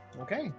Okay